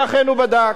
ואכן, הוא בדק.